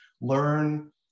learn